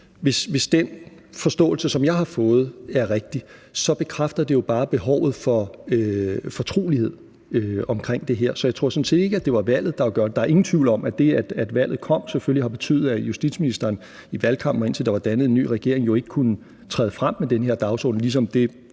hvis den forståelse, som jeg har fået, er rigtig, så bekræfter det jo bare behovet for fortrolighed omkring det her. Så jeg tror sådan set ikke, det var valget, der gjorde det, men der er ingen tvivl om, at det, at valget kom, selvfølgelig har betydet, at justitsministeren i valgkampen, og indtil der var dannet en ny regering, jo ikke kunne træde frem med den her dagsorden, ligesom det